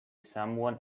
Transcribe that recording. someone